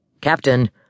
Captain